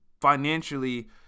financially